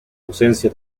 ausencia